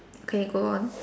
okay go on